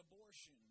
abortion